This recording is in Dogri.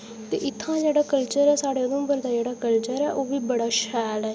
ते इत्थूं दा जेह्ड़ा कल्चर ऐ साढ़े उधमपुर दा साढ़े उधमपुर दा जेह्ड़ा कल्चर ऐ ओह् बी बड़ा शैल ऐ